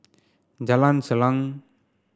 Jalan Salang